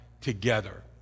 together